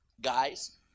Guys